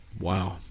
wow